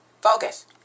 Focus